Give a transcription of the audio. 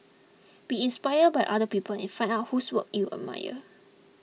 be inspired by other people and find out whose work you admire